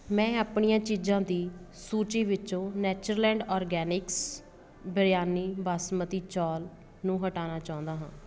ਮੈਂ ਆਪਣੀਆਂ ਚੀਜ਼ਾਂ ਦੀ ਸੂਚੀ ਵਿਚੋਂ ਨੈਚਰਲੈਂਡ ਔਰਗੈਨਿਕਸ ਬਿਰਯਾਨੀ ਬਾਸਮਤੀ ਚੌਲ ਨੂੰ ਹਟਾਉਣਾ ਚਾਹੁੰਦਾ ਹਾਂ